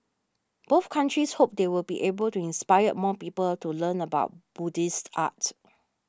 both countries hope they will be able to inspire more people to learn about Buddhist art